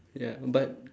ya but